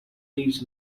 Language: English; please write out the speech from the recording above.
leaves